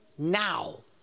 now